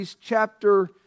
chapter